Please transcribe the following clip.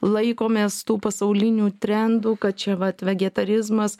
laikomės tų pasaulinių trendų kad čia vat vegetarizmas